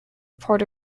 puerto